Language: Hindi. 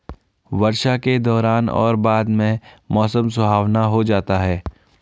वर्षा के दौरान और बाद में मौसम सुहावना हो जाता है